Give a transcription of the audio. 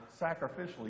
sacrificially